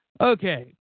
Okay